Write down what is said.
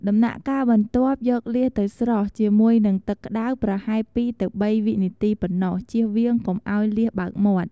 ដំណាក់កាលបន្ទាប់យកលៀសទៅស្រុះ ជាមួយនឹងទឹកក្តៅ ប្រហែល២ទៅ៣វិនាទីប៉ុណ្តោះ ជៀសវាងកុំឲ្យលៀសបើកមាត់។